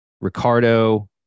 Ricardo